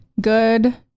good